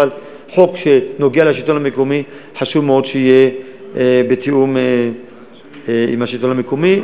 אבל חוק שנוגע בשלטון המקומי חשוב מאוד שיהיה בתיאום עם השלטון המקומי,